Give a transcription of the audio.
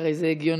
הרי זה הגיוני.